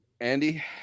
Andy